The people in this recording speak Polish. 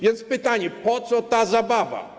Więc pytanie: Po co ta zabawa?